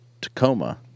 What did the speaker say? Tacoma